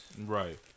right